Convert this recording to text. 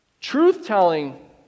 Truth-telling